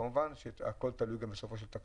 כמובן שהכול תלוי בתקציבים.